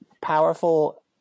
powerful